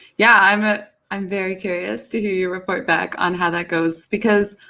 yeah um ah i'm very curious to hear you report back on how that goes, because